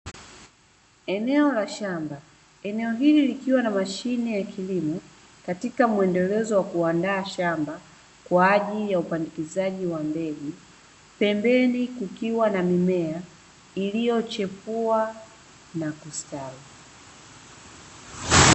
Eneo la shamba eneo hili likiwa na mashine ya kilimo katika mwendelezo wa kuandaa shamba kwaajili ya upandikizaji wa mbegu, pembeni kukiwa na mimea iliyochipua na kustawi.